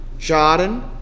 Jaden